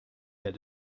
get